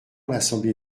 l’assemblée